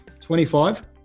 25